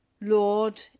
Lord